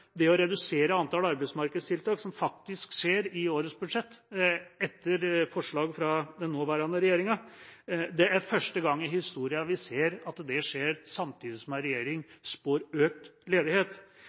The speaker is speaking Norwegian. det å redusere antall arbeidsmarkedstiltak, som faktisk skjer i årets budsjett etter forslag fra den nåværende regjeringa, er første gang i historien vi ser skjer samtidig som en regjering